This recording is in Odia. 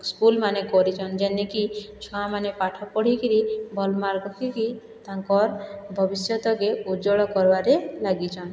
ସ୍କୁଲମାନେ କରିଛନ୍ ଯେନେ କି ଛୁଆମାନେ ପାଠ ପଢ଼ିକିରି ଭଲ ମାର୍କ ରଖିକି ତାଙ୍କର୍ ଭବିଷ୍ୟତକେ ଉଜ୍ଜଳ କର୍ବାରେ ଲାଗିଛନ୍